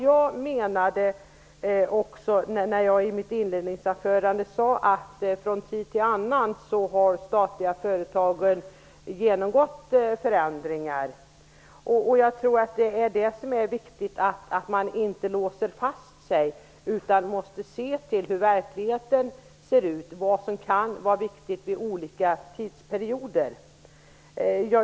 Jag sade i mitt inledningsanförande att de statliga företagen har genomgått förändringar från tid till annan. Jag tror att det är viktigt att man inte låser fast sig. Man måste se till hur verkligheten ser ut och vad som kan vara viktigt i olika tidsperioder.